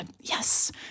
Yes